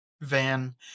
van